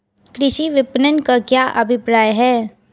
कृषि विपणन का क्या अभिप्राय है?